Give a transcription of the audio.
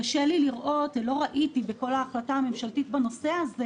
קשה לי לראות שבהחלטה הממשלתית בנושא הזה